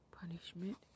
punishment